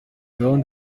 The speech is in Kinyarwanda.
gahunda